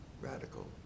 radical